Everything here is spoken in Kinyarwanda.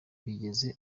bigeze